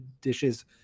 dishes